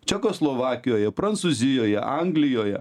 čekoslovakijoje prancūzijoje anglijoje